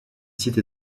site